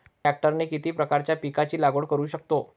ट्रॅक्टरने किती प्रकारच्या पिकाची लागवड करु शकतो?